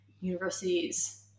universities